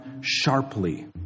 sharply